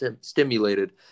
stimulated